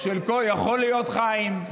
יכול להיות, חיים.